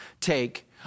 take